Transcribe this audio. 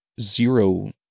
zero